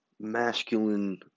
masculine